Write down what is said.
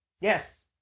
Yes